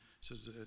says